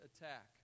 attack